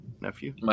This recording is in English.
nephew